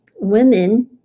women